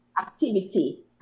activity